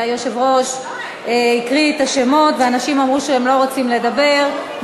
היושב-ראש הקריא את השמות ואנשים אמרו שהם לא רוצים לדבר,